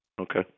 Okay